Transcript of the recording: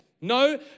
No